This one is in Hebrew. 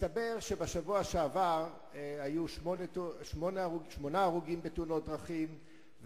מסתבר שבשבוע שעבר היו שמונה הרוגים בתאונות דרכים,